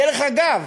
דרך אגב,